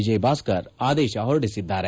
ವಿಜಯಭಾಸ್ಕರ್ ಆದೇಶ ಹೊರಡಿಸಿದ್ದಾರೆ